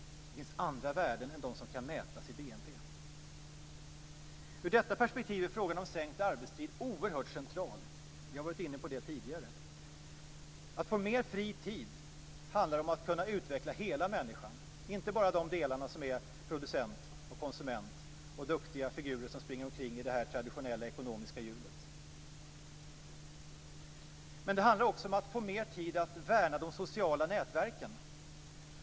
Det finns andra värden än dem som kan mätas i BNP. Ur detta perspektiv är frågan om sänkt arbetstid oerhört central. Vi har varit inne på det tidigare. Att få mer fri tid handlar om att kunna utveckla hela människan, inte bara de delar som är producent, konsument och duktiga figurer som springer omkring i det traditionella ekonomiska hjulet. Men det handlar också om att få mer tid att värna de sociala nätverken.